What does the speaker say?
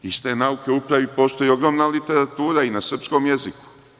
Iz te „Nauke o upravi“ postoji ogromna literatura i na srpskom jeziku.